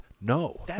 No